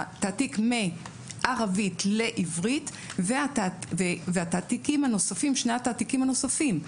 התעתיק מערבית לעברית ושני התעתיקים הנוספים,